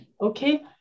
Okay